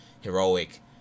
heroic